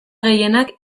gehienak